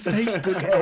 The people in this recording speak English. Facebook